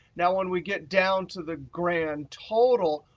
now when we get down to the grand total,